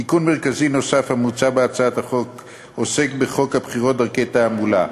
תיקון מרכזי נוסף המוצע בהצעת חוק זו עוסק בחוק הבחירות (דרכי תעמולה),